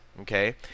okay